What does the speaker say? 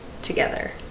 Together